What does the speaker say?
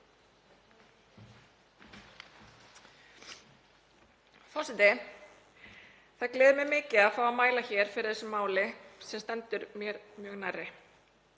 Forseti. Það gleður mig mikið að fá að mæla hér fyrir þessu máli sem stendur mér mjög nærri.